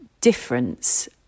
difference